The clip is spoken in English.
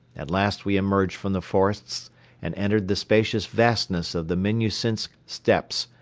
at last we emerged from the forests and entered the spacious vastness of the minnusinsk steppes,